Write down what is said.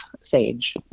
Sage